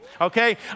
Okay